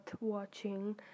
watching